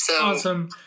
Awesome